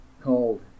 called